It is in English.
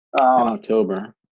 October